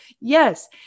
Yes